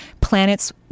planets